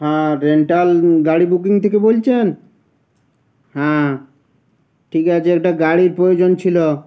হ্যাঁ রেন্টাল গাড়ি বুকিং থেকে বলছেন হ্যাঁ ঠিক আছে একটা গাড়ির প্রয়োজন ছিলো